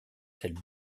cette